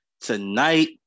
Tonight